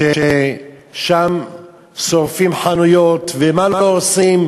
שם שורפים חנויות ומה לא עושים,